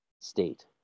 state